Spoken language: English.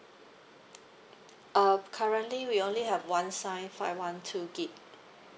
uh currently we only have one size five one two gigabyte